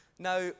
Now